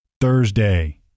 Thursday